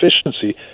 efficiency